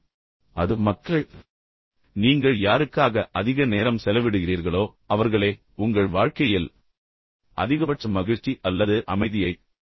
எனவே அது மக்கள் நீங்கள் யாருக்காக அதிக நேரம் செலவிடுகிறீர்களோ அவர்களே உங்கள் வாழ்க்கையில் அதிகபட்ச மகிழ்ச்சி அல்லது அமைதியைத் தீர்மானிக்கிறார்கள்